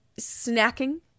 snacking